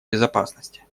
безопасности